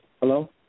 Hello